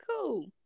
cool